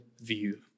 view